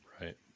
Right